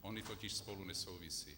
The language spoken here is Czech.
Ony totiž spolu nesouvisí.